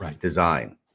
design